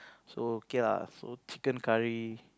so okay lah chicken curry